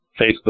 Facebook